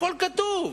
הכול כתוב,